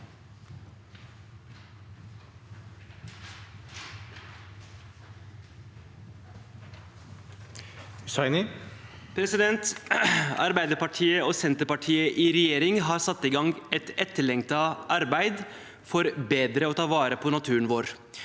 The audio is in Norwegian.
Arbeiderpartiet og Senterpartiet i regjering har satt i gang et etterlengtet arbeid for bedre å ta vare på naturen vår.